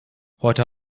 heute